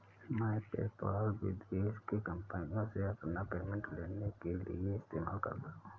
मैं पेपाल विदेश की कंपनीयों से अपना पेमेंट लेने के लिए इस्तेमाल करता हूँ